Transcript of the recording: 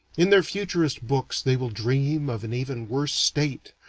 in their futurist books they will dream of an even worse state,